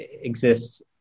exists